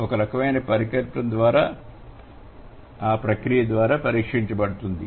ఒక రకమైన పరికల్పన ప్రక్రియ ద్వారా పరీక్షించబడుతుంది